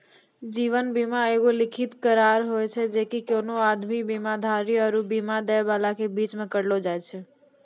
जीवन बीमा एगो लिखित करार होय छै जे कि कोनो आदमी, बीमाधारी आरु बीमा दै बाला के बीचो मे करलो जाय छै